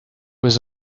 was